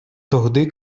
тогди